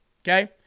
okay